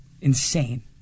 insane